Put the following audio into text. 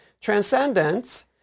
Transcendence